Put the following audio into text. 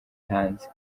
hanze